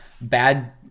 bad